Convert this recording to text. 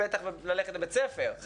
פתח ללכת לבית ספר ולפעילות חוץ.